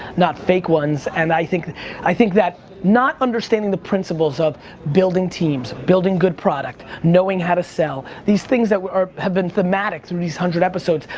not fake ones, and i think i think that not understanding the principles of building teams, building good product, knowing how to sell, these things that have been thematic through these hundred episodes,